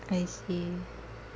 I see